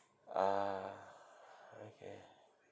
ah okay